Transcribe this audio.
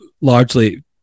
largely